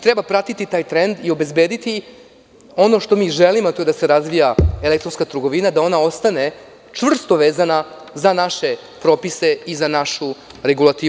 Treba pratiti taj trend i obezbediti ono što mi želimo, a to je da se razvija elektronska trgovina i da ona ostane čvrsto vezana za naše propise i za našu regulativu.